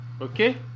Okay